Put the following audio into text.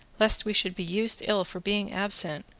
lest we should be used ill for being absent,